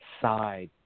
side